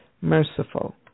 Merciful